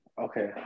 Okay